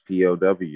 POW